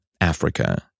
Africa